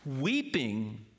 weeping